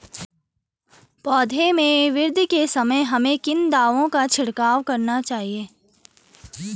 पौधों में वृद्धि के समय हमें किन दावों का छिड़काव करना चाहिए?